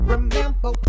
Remember